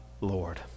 Lord